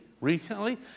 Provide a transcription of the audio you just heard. recently